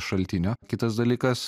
šaltinio kitas dalykas